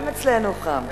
גם אצלנו חם.